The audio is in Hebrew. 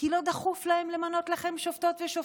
כי לא דחוף להם למנות לכם שופטות ושופטים.